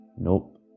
Nope